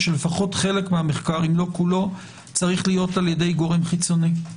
שלפחות חלק מהמחקר אם לא כולו צריך להיות על-ידי גורם חיצוני.